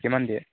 কিমান দিয়ে